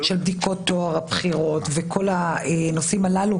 של בדיקות טוהר הבחירות וכל הנושאים הללו,